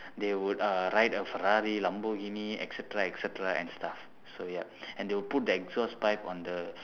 they would uh ride a ferrari lamborghini et cetera et cetera and stuff so ya and they would put the exhaust pipe on the